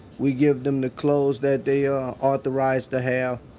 we give them the clothes that they are authorized to have.